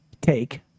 take